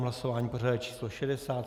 Hlasování pořadové číslo 60.